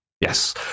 Yes